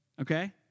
Okay